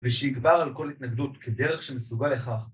ושיגבר על כל התנגדות כדרך שמסוגל לכך